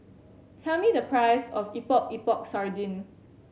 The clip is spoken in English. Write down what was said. tell me the price of Epok Epok Sardin